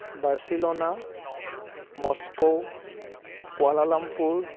Barcelona Moscow Kuala Lumpur